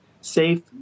safe